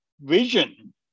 Vision